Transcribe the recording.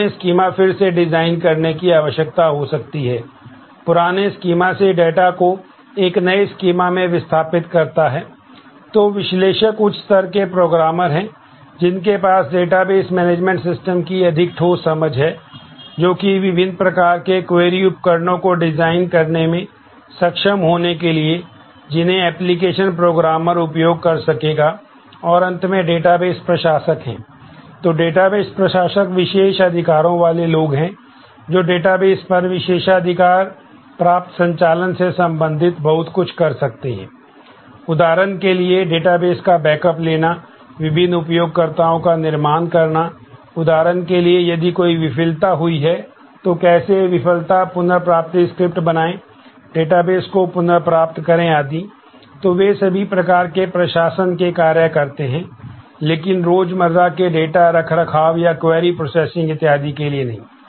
तो विश्लेषक उच्च स्तर के प्रोग्रामर हैं उनके पास डेटाबेस मैनेजमेंट सिस्टम इत्यादि के लिए नहीं